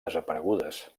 desaparegudes